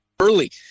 early